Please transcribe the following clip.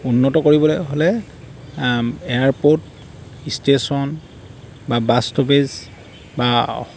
উন্নত কৰিবলৈ হ'লে এয়াৰপ'ৰ্ট ষ্টেচন বা বাছ ষ্ট'পেজ বা